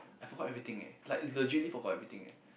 I forgot everything eh like legitly forgot everything eh